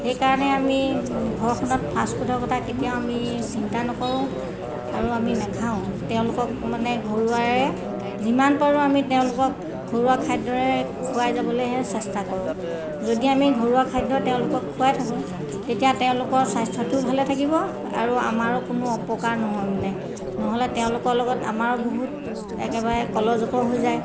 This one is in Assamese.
সেইকাৰণে আমি ঘৰখনত ফাষ্টফুডৰ কথা কেতিয়াও আমি চিন্তা নকৰোঁ আৰু আমি নাখাওঁ তেওঁলোকক মানে ঘৰুৱাৰে যিমান পাৰোঁ আমি তেওঁলোকক ঘৰুৱা খাদ্যৰে খুৱাই যাবলেহে চেষ্টা কৰোঁ যদি আমি ঘৰুৱা খাদ্য তেওঁলোকক খুৱাই থাকোঁ তেতিয়া তেওঁলোকৰ স্বাস্থ্যটো ভালে থাকিব আৰু আমাৰো কোনো অপকাৰ নহয় মানে নহ'লে তেওঁলোকৰ লগত আমাৰো বহুত একেবাৰে কলজ জলপৰ হৈ যায়